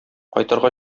кайтырга